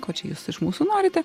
ko čia jūs iš mūsų norite